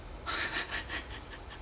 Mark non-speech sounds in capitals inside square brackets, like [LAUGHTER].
[LAUGHS]